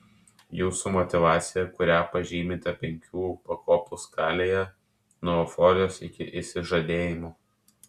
jūsų motyvacija kurią pažymite penkių pakopų skalėje nuo euforijos iki išsižadėjimo